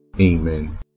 Amen